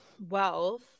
wealth